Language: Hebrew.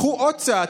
לכו עוד צעד,